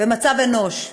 במצב אנוש.